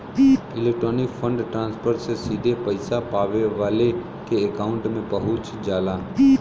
electronic fund transfer से सीधे पइसा पावे वाले के अकांउट में पहुंच जाला